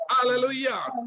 Hallelujah